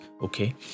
okay